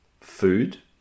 food